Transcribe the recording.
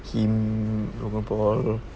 um robot bot